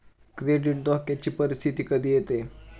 credit धोक्याची परिस्थिती कधी येते